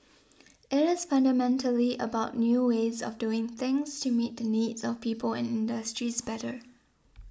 it is fundamentally about new ways of doing things to meet the needs of people and industries better